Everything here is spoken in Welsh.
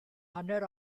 hanner